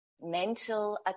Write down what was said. mental